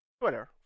Twitter